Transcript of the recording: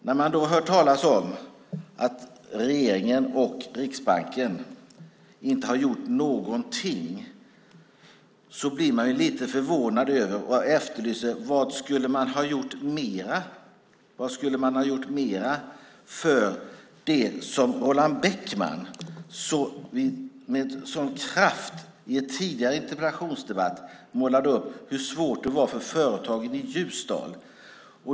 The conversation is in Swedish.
När man då hör talas om att regeringen och Riksbanken inte har gjort någonting blir man lite förvånad och efterlyser vad man skulle ha gjort mera. Roland Bäckman målade i en tidigare interpellationsdebatt upp hur svårt det var för företagen i Ljusdal.